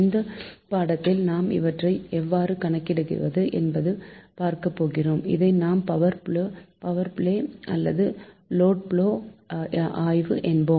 இந்த பாடத்தில் நாம் இவற்றை எவ்வாறு கணக்கிடுவது என்பதை பார்க்கப்போகிறோம் இதை நாம் பவர் ப்ளோ அல்லது லோடு ப்ளோ ஆய்வு என்போம்